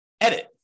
edit